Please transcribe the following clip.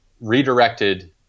redirected